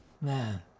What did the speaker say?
Man